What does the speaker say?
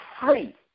free